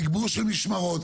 תגבור של משמרות,